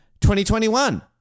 2021